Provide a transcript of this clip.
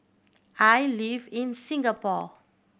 I live in Singapore